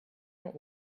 not